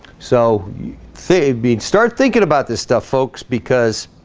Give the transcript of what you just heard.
so save beads start thinking about this stuff folks because